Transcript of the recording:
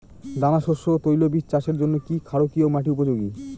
দানাশস্য ও তৈলবীজ চাষের জন্য কি ক্ষারকীয় মাটি উপযোগী?